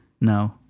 No